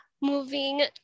moving